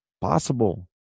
Possible